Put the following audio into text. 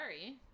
Sorry